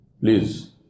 Please